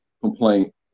complaint